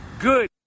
good